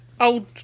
old